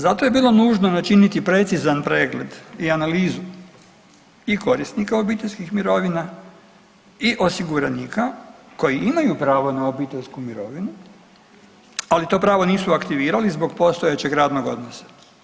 Zato je bilo nužno načiniti precizan pregled i analizu i korisnika obiteljskih mirovina i osiguranika koji imaju pravo na obiteljsku mirovinu, ali to pravo nisu aktivirali zbog postojećeg radnog odnosa.